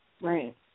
Right